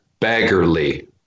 Baggerly